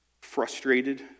frustrated